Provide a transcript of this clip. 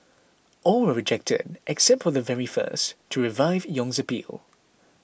all were rejected except for the very first to revive Yong's appeal